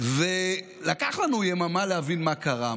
ולקח לנו יממה להבין מה קרה.